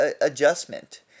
adjustment